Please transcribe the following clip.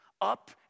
up